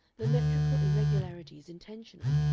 the metrical irregularity is intentional,